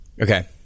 Okay